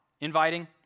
inviting